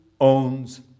owns